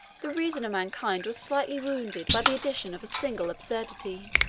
the reason of mankind was slightly wounded by the addition of a single absurdity.